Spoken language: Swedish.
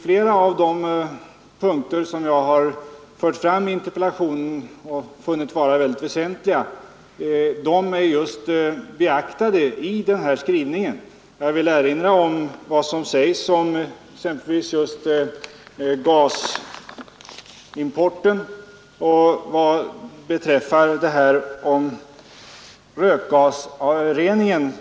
Flera av de punkter som jag fört fram i interpellationen och som jag funnit vara mycket väsentliga är beaktade i den här skrivningen. Jag vill erinra om vad som sägs om gasimporten och rökgasreningen.